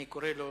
אני קורא לו